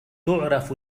تعرف